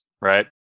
right